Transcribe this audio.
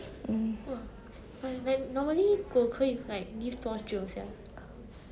mm